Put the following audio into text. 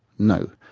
no!